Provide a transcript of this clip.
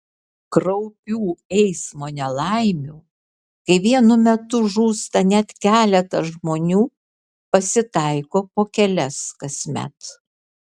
kraupių eismo nelaimių kai vienu metu žūsta net keletas žmonių pasitaiko po kelias kasmet